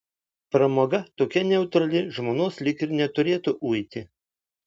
pramoga tokia neutrali žmonos lyg ir neturėtų uiti